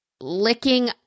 licking